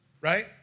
right